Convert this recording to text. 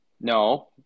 no